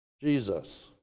Jesus